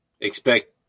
Expect